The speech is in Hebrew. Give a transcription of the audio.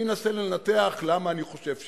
אני אנסה לנתח למה אני חושב שלא.